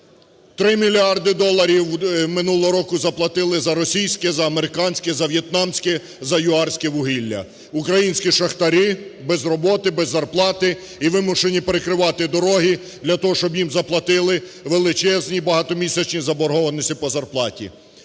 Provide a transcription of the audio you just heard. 3 мільярди доларів минулого року заплатили за російське, за американське, за в'єтнамське, за ЮАРське вугілля. Українські шахтарі без роботи, без зарплати і вимушені перекривати дороги для того, щоб їм заплатили величезні багатомісячні заборгованості по зарплаті.